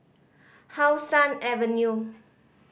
How Sun Avenue